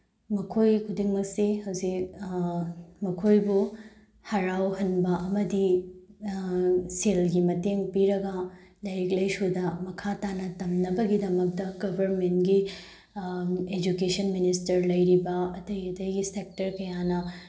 ꯃꯈꯣꯏ ꯈꯨꯗꯤꯡꯃꯛꯁꯤ ꯍꯧꯖꯤꯛ ꯃꯈꯣꯏꯕꯨ ꯍꯔꯥꯎꯍꯟꯕ ꯑꯃꯗꯤ ꯁꯦꯜꯒꯤ ꯃꯇꯦꯡ ꯄꯤꯔꯒ ꯂꯥꯏꯔꯤꯛ ꯂꯥꯏꯁꯨꯗ ꯃꯈꯥ ꯇꯥꯅ ꯇꯝꯅꯕꯒꯤꯗꯃꯛꯇ ꯒꯕꯔꯃꯦꯟꯒꯤ ꯑꯦꯖꯨꯀꯦꯁꯟ ꯃꯤꯅꯤꯁꯇꯔ ꯂꯩꯔꯤꯕ ꯑꯇꯩ ꯑꯇꯩꯒꯤ ꯁꯦꯛꯇꯔ ꯀꯌꯥꯅ